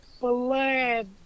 blood